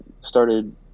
started –